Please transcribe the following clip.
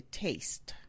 taste